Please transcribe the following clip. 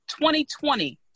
2020